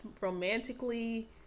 romantically